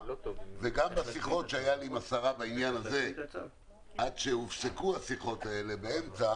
גם בשיחות שהיו לי עם השרה בעניין הזה עד שהופסקו השיחות האלה באמצע